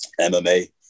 MMA